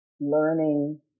learning